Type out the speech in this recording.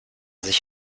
sich